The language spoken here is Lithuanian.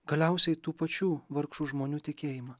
galiausiai tų pačių vargšų žmonių tikėjimą